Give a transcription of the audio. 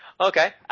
Okay